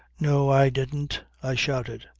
no. i didn't, i shouted.